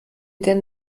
denn